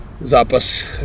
Zápas